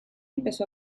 empezó